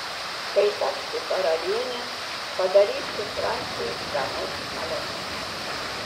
kai tapsiu karaliene padarysiu franciui ką nors malonaus